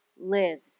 lives